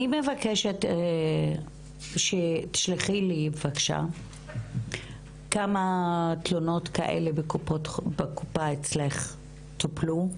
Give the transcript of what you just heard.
אני מבקשת שתשלחי לי כמה תלונות כאלה בקופה אצלך טופלו,